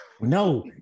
No